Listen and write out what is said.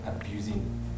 abusing